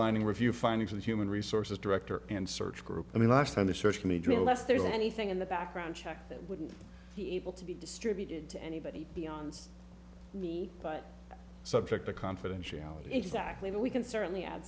redlining review findings of the human resources director and search group i mean last time they searched me drill less there's anything in the background check that wouldn't be able to be distributed to anybody beyond me but subject to confidentiality exactly what we can certainly ad